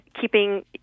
keeping